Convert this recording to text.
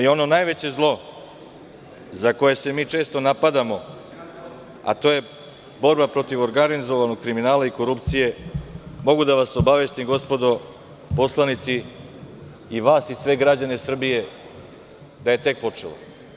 Ono najveće zlo za koje se mi često napadamo, to je borba protiv organizovanog kriminala i korupcije, mogu da vas obavestim, gospodo poslanici, vas i sve građane Srbije, da je tek počela.